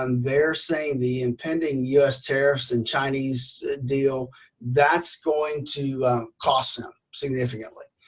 um they're saying the impending us tariffs and chinese deal that's going to cost them significantly.